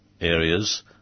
areas